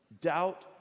Doubt